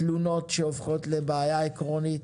תלונות שהופכות לבעיה עקרונית